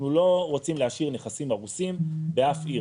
אנחנו לא רוצים להשאיר נכנסים הרוסים באף עיר.